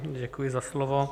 Děkuji za slovo.